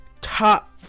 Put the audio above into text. top